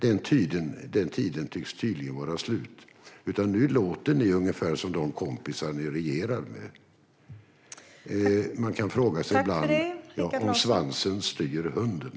Den tiden tycks vara slut. Nu låter ni ungefär som de kompisar ni regerar med. Man kan ibland fråga sig om svansen styr hunden.